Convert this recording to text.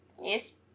Yes